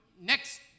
next